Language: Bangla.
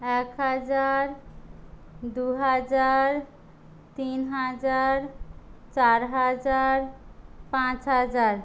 এক হাজার দু হাজার তিন হাজার চার হাজার পাঁচ হাজার